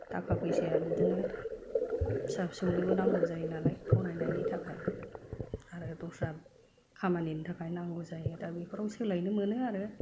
थाखा फैसाया बिदिनो फिसा फिसौनोबो नांगौ जायो नालाय फरायनायनि थाखाय आरो दस्रा खामानिनि थाखाय नांगौ जायो दा बेफोराव सोलायनो मोनो आरो